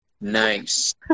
Nice